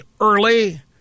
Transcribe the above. early